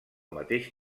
mateix